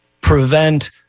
prevent